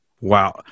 Wow